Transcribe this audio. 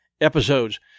episodes